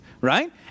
right